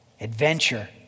Adventure